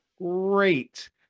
Great